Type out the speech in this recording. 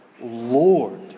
Lord